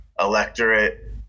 electorate